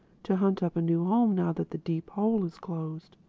to hunt up a new home, now that the deep hole is closed.